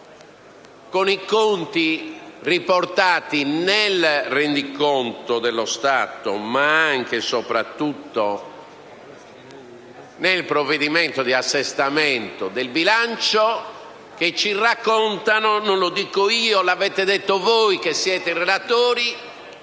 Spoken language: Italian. con i conti riportati nel rendiconto dello Stato, ma anche e soprattutto nel provvedimento di assestamento del bilancio, che ci raccontano - non lo dico io, ma lo avete detto voi che siete i relatori